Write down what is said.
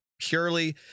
purely